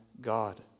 God